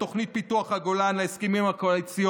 תוכנית פיתוח הגולן להסכמים הקואליציוניים,